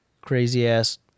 crazy-ass